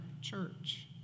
church